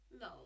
no